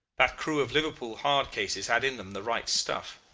that crew of liverpool hard cases had in them the right stuff.